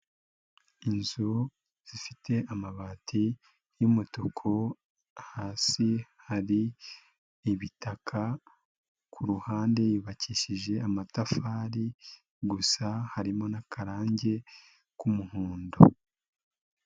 Inzu zifite amabati y'umutuku hasi hari ibitaka. Kuruhande yubakishije amatafari, gusa harimo n'akarange k'umuhondo.